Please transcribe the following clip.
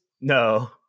no